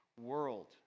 world